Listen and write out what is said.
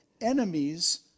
enemies